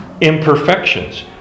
imperfections